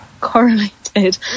correlated